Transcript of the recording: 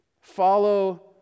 follow